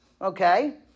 Okay